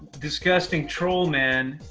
disgusting troll man.